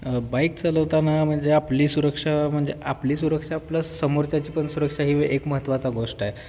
bike चालवताना म्हणजे आपली सुरक्षा म्हणजे आपली सुरक्षा प्लस समोरच्याची पण सुरक्षा ही एक महत्त्वाची गोष्ट आहे